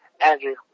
Andrew